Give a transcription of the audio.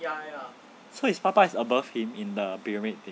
so his 爸爸 is above him in the pyramid